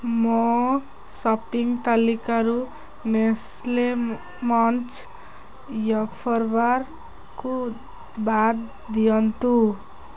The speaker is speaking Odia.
ମୋ ସପିଂ ତାଲିକାରୁ ନେସ୍ଲେ ମଞ୍ଚ୍ ୱେଫର୍ ବାର୍କୁ ବାଦ୍ ଦିଅନ୍ତୁ